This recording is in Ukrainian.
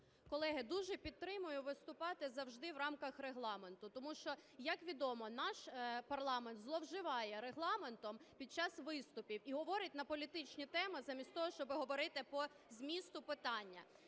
Колеги, дуже підтримую виступати завжди в рамках Регламенту. Тому що, як відомо, наш парламент зловживає Регламентом під час виступів і говорить на політичні теми замість того, щоб говорити по змісту питання.